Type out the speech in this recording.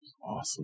Awesome